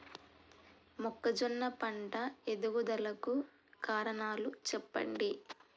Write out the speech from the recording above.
మొక్కజొన్న పంట ఎదుగుదల కు కారణాలు చెప్పండి?